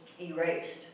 erased